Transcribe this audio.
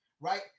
right